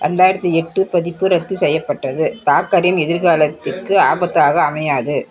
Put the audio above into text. ரெண்டாயிரத்தி எட்டு பதிப்பு ரத்து செய்யப்பட்டது தாக்கரின் எதிர்காலத்திற்கு ஆபத்தாக அமையாது